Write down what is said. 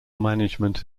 management